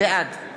בעד נורית